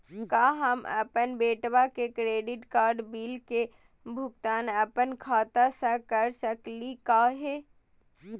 का हम अपन बेटवा के क्रेडिट कार्ड बिल के भुगतान अपन खाता स कर सकली का हे?